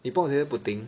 你不懂谁是 Putin